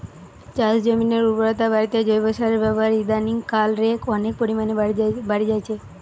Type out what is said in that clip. চাষজমিনের উর্বরতা বাড়িতে জৈব সারের ব্যাবহার ইদানিং কাল রে অনেক পরিমাণে বাড়ি জাইচে